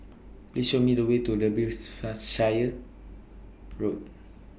Please Show Me The Way to Derbyshire Road